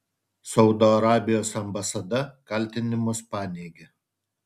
saudo arabijos ambasada kaltinimus paneigė